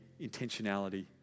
intentionality